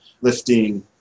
lifting